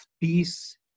peace